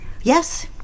Yes